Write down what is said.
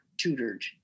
tutored